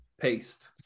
paste